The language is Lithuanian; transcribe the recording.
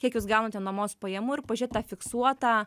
kiek jūs gaunate nuomos pajamų ir pažiūrėt tą fiksuotą